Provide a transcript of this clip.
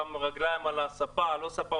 שם רגליים על הספה לא ספה,